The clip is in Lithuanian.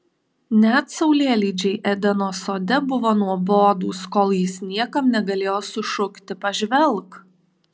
net saulėlydžiai edeno sode buvo nuobodūs kol jis niekam negalėjo sušukti pažvelk